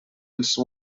els